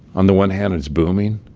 on the one hand, it's booming,